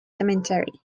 cemetery